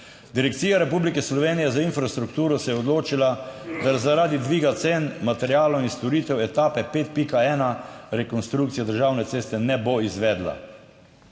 Direkcija Republike Slovenije za infrastrukturo se je odločila, da zaradi dviga cen materialov in storitev etape 5.1 rekonstrukcija državne ceste ne bo izvedla.